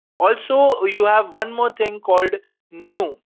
also, you have one more thing called new,